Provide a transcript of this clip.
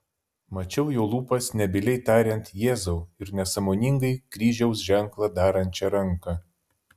mačiau jo lūpas nebyliai tariant jėzau ir nesąmoningai kryžiaus ženklą darančią ranką